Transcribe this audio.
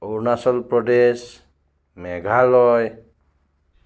Arunachal Pradesh Meghalaya